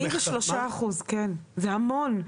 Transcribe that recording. זה המון.